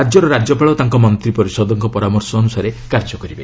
ରାଜ୍ୟର ରାଜ୍ୟପାଳ ତାଙ୍କ ମନ୍ତ୍ରିପରିଷଦଙ୍କ ପରାମର୍ଶ ଅନୁସାରେ କାର୍ଯ୍ୟ କରିବେ